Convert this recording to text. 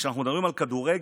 כשאנחנו מדברים על כדורגל,